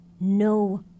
no